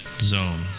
Zone